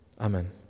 Amen